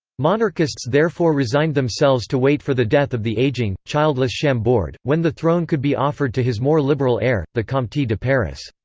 monarchists therefore resigned themselves to wait for the death of the aging, childless chambord, when the throne could be offered to his more liberal heir, the comte de de paris.